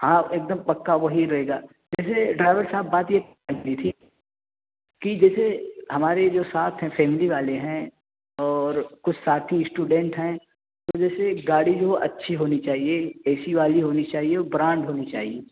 ہاں ایکدم پکا وہی رہے گا جیسے ڈرائیور صاحب بات یہ کرنی تھی کہ جیسے ہمارے جو ساتھ ہیں فیملی والے ہیں اور کچھ ساتھی اسٹوڈینٹ ہیں تو جیسے گاڑی جو ہے اچھی ہونی چاہیے اے سی والی ہونی چاہیے برانڈ ہونی چاہیے